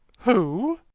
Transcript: who?